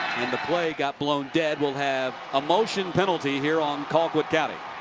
and the play got blown dead. we'll have a motion penalty here on colquitt county.